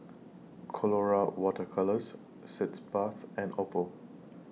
Colora Water Colours Sitz Bath and Oppo